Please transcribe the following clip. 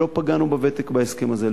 אף-על-פי שלא פגענו בוותק בהסכם הזה,